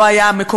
צריך לומר,